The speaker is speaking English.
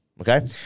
Okay